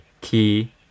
key